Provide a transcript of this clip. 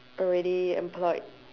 already employed